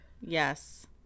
Yes